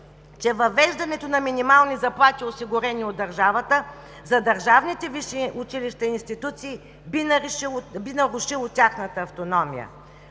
че въвеждането на минимални заплати, осигурени от държавата за държавните висши училища и институции, би нарушило тяхната автономия.